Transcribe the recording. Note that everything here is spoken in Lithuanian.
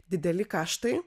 dideli kaštai